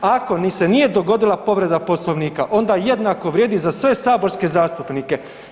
Ako ni se nije dogodila povreda Poslovnika onda jednako vrijedi za sve saborske zastupnike.